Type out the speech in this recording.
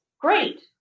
great